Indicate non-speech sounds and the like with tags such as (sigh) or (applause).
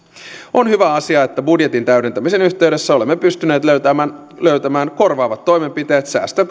on hyvä asia että budjetin täydentämisen yhteydessä olemme pystyneet löytämään löytämään korvaavat toimenpiteet säästön (unintelligible)